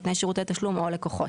נותני שירות תשלום או הלקוחות".